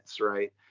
Right